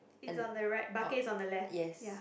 it's on the right bucket is on the left ya